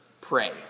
pray